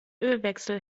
ölwechsel